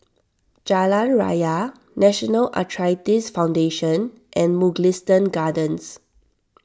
Jalan Raya National Arthritis Foundation and Mugliston Gardens